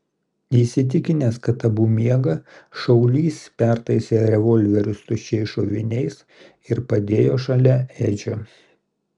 įsitikinęs kad abu miega šaulys pertaisė revolverius tuščiais šoviniais ir padėjo šalia edžio